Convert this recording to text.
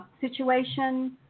situation